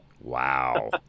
Wow